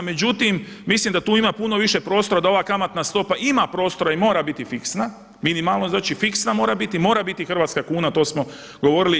Međutim, mislim da tu ima puno više prostora da ova kamatna stopa ima prostora i mora biti fiksna, minimalno znači fiksna mora biti, mora biti hrvatska kuna to smo govorili.